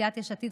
סיעת יש עתיר,